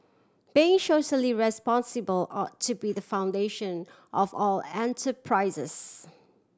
being socially responsible ought to be the foundation of all enterprises